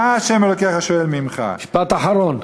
מה ה' אלוקיך שֹאל מעמך" משפט אחרון.